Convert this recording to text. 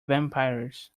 vampires